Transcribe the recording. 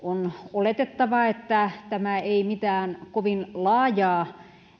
oletettavaa että tämä ei mitään kovin laajaa